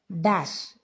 Dash